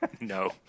No